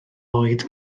oed